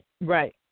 Right